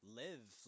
live